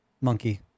monkey